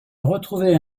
retrouvaient